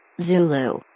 Zulu